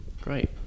Great